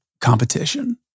competition